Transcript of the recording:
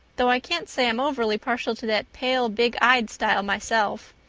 though i can't say i'm overly partial to that pale, big-eyed style myself.